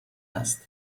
است